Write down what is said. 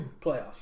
Playoffs